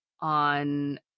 on